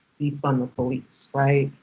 defund the police. right?